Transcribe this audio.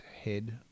head